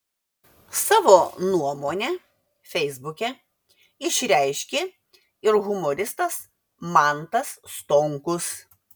savo nuomonę feisbuke išreiškė ir humoristas mantas stonkus